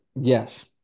Yes